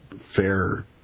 fair